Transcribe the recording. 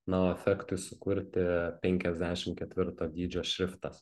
na o efektui sukurti penkiasdešim ketvirto dydžio šriftas